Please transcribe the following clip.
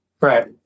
right